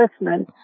listening